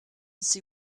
see